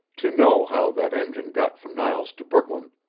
to know how that engine got from niles to brooklyn,